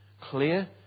clear